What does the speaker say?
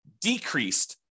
decreased